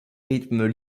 rythmes